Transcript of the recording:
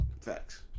Facts